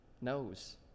knows